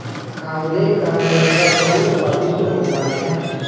आंवले का मुरब्बा बहुत स्वादिष्ट होता है